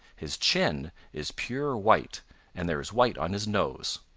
his chin is pure white and there is white on his nose.